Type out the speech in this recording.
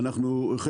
הפיגועים.